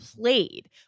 played